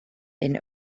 and